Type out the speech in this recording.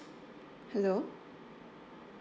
hello